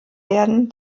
werden